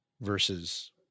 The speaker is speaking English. versus